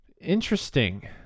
interesting